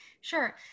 Sure